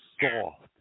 soft